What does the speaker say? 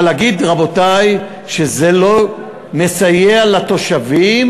אבל להגיד, רבותי, שזה לא מסייע לתושבים,